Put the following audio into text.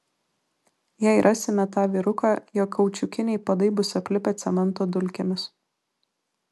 jei rasime tą vyruką jo kaučiukiniai padai bus aplipę cemento dulkėmis